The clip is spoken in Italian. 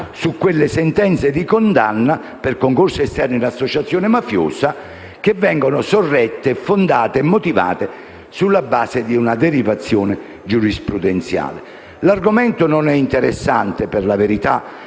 su quelle sentenze di condanna per concorso esterno in associazione mafiosa, che vengono sorrette, fondate e motivate sulla base di una derivazione giurisprudenziale. L'argomento non è interessante, per la verità,